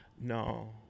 No